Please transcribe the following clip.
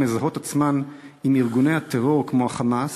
שבה קבוצות המזהות עצמן עם ארגוני טרור כמו ה"חמאס"